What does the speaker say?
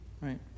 right